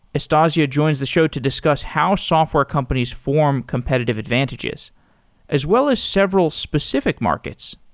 astasia joins the show to discuss how software companies form competitive advantages as well as several specific markets,